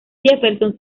jefferson